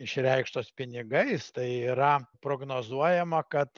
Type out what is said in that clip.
išreikštos pinigais tai yra prognozuojama kad